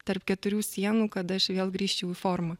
tarp keturių sienų kad aš vėl grįžčiau į formą